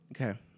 Okay